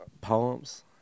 poems